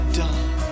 done